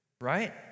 Right